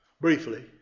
briefly